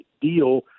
deal